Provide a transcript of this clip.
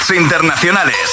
Internacionales